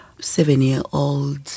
seven-year-old